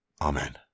Amen